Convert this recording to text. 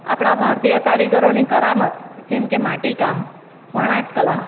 આપણા ભારતીય કારીગરોની કરામત જેમકે માટીકામ વણાટ કલા